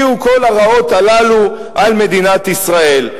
מאיפה הגיעו כל הרעות הללו על מדינת ישראל.